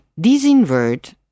disinvert